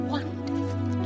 Wonderful